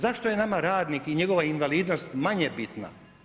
Zašto je nama radnik i njegova invalidnost manje bitna?